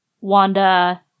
Wanda